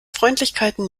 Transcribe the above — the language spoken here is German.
freundlichkeiten